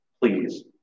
Please